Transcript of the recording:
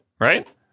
right